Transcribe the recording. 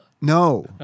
No